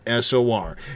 SOR